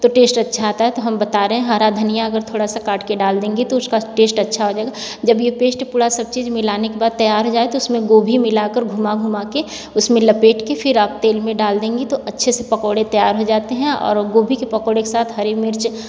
तो टेस्ट अच्छा आता है तो हम बता रहे हैं हरा धनिया अगर थोड़ा सा काट के डाल देंगे तो उसका टेस्ट अच्छा हो जाएगा जब ये पेस्ट पूरा सब चीज मिलाने के बाद तैयार जाए तो उसमें गोभी मिलकर घुमा घुमा के उसमें लपेट के फिर आप तेल में डाल देंगे तो अच्छे से पकौड़े तैयार हो जाते हैं और गोभी के पकौड़े के साथ हरी मिर्च